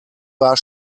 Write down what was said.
war